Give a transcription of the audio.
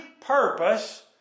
purpose